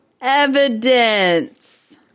evidence